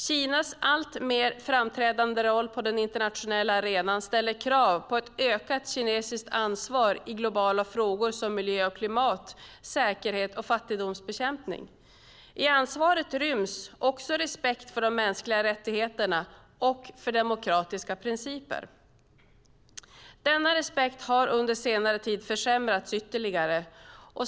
Kinas allt mer framträdande roll på den internationella arenan ställer krav på ett ökat kinesiskt ansvar i globala frågor som miljö och klimat, säkerhet och fattigdomsbekämpning. I ansvaret ryms också respekt för mänskliga rättigheter och för demokratiska principer. Denna respekt har under senare tid försämrats ytterligare."